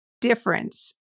difference